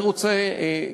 אני רוצה,